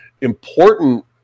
important